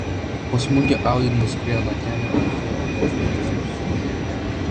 po smūgio audi nuskriejo nuo kelio o fiat kelis kartus apsisuko kelyje